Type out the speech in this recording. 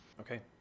Okay